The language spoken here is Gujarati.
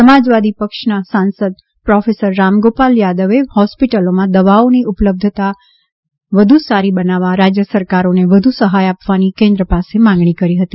સમાજવાદી પક્ષના સાંસદ પ્રોફેસર રામગોપાલ યાદવે હોસ્પિટલોમાં દવાઓની ઉપલબ્ધતા બહેતર બનાવવા રાજ્ય સરકારોને વધુ સહાય આપવાની કેન્દ્ર પાસે માંગણી કરી હતી